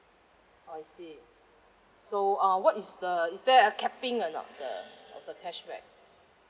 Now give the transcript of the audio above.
I see so uh what is the is there a capping or not the the cashback